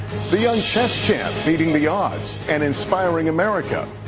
the young chess champ beating the odds and inspiring america.